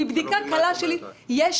מבדיקה קלה שלי, יש